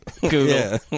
Google